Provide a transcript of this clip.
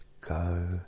go